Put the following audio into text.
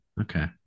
okay